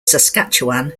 saskatchewan